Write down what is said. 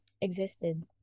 existed